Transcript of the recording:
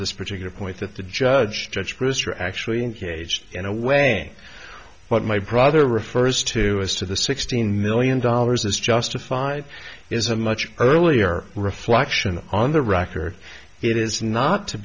this particular point that the judge judge brewster actually engaged in a way but my brother refers to as to the sixteen million dollars is justified is a much earlier reflection on the record it is not to